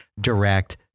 direct